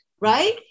Right